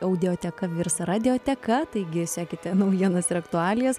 audioteka virs radioteka taigi sekite naujienas ir aktualijas